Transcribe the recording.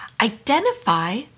Identify